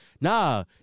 Nah